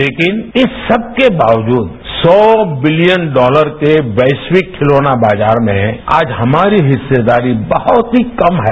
लेकिन इन सबके बावजूद सौ बिलियन डॉलर के वैश्विक खिलौना बाजार में आज हमारी हिस्सेदारी बहुत ही कम है